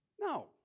No